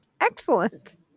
Excellent